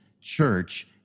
church